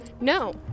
No